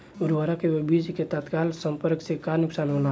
उर्वरक व बीज के तत्काल संपर्क से का नुकसान होला?